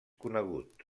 conegut